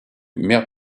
maire